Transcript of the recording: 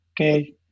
okay